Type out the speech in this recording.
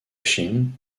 chine